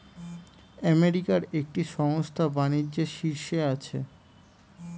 আমেরিকার একটি সংস্থা বাণিজ্যের শীর্ষে আছে